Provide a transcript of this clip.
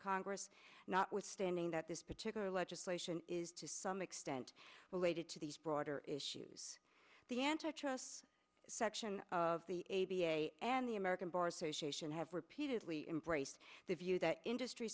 congress notwithstanding that this particular legislation is to some extent related to these broader issues the antitrust section of the a b a and the american bar association have repeatedly embraced the view that industry